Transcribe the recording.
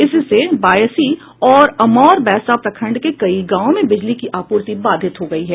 इससे बायसी और अमौर बैसा प्रखंड के कई गांवों में बिजली की आपूर्ति बाधित हो गयी है